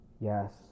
Yes